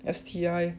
S_T_I